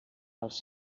pels